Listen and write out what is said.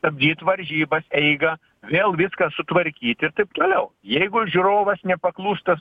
stabdyt varžybas eigą vėl viską sutvarkyt ir taip toliau jeigu žiūrovas nepaklūsta